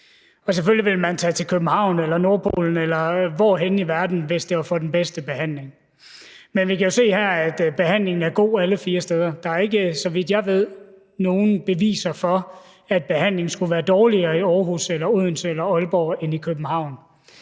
Selvfølgelig ville man tage til København eller Nordpolen eller hvorhen i verden, hvis det var for at få den bedste behandling. Men vi kan jo se her, at behandlingen er god alle fire steder. Der er, så vidt jeg ved, ikke nogen beviser for, at behandlingen skulle være dårligere i Aarhus eller i Odense eller i Aalborg end i København,